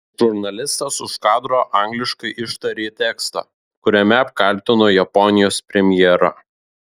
žurnalistas už kadro angliškai ištarė tekstą kuriame apkaltino japonijos premjerą